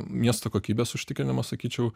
miesto kokybės užtikrinimas sakyčiau